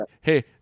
Hey